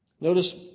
Notice